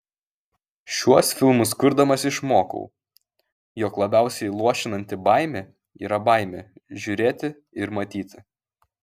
šiuos filmus kurdamas išmokau jog labiausiai luošinanti baimė yra baimė žiūrėti ir matyti